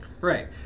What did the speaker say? Right